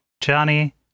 Johnny